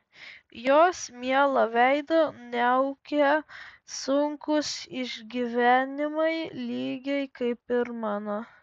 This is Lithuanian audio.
jos mielą veidą niaukia sunkūs išgyvenimai lygiai kaip ir mano